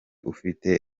ufite